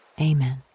amen